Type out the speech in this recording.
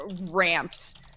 ramps